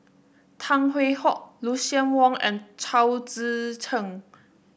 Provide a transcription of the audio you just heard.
Tan Hwee Hock Lucien Wang and Chao Tzee Cheng